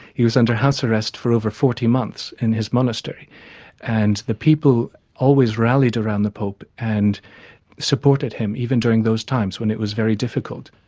he was under house arrest for over forty months in his monastery and the people always rallied around the pope and supported him even during those times when it was very difficult.